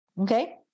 okay